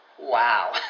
Wow